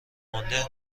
مانده